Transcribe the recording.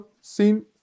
seen